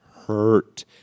Hurt